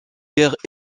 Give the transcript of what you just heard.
guerre